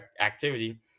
activity